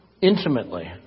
intimately